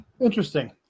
Interesting